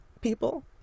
people